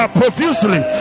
profusely